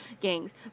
gangs